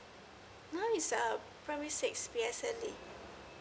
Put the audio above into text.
now he's a primary six P S L E